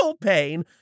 pain